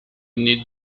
need